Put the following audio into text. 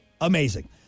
amazing